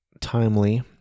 timely